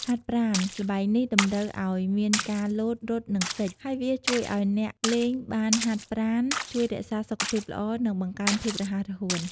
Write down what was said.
ហាត់ប្រាណល្បែងនេះតម្រូវឲ្យមានការលោត រត់ និងគេច ហើយវាជួយឲ្យអ្នកលេងបានហាត់ប្រាណ ជួយរក្សាសុខភាពល្អ និងបង្កើនភាពរហ័សរហួន។